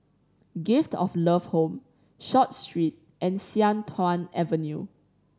Gift of Love Home Short Street and Sian Tuan Avenue